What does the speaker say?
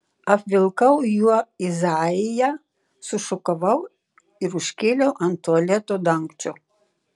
apvilkau juo izaiją sušukavau ir užkėliau ant tualeto dangčio